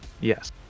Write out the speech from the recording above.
Yes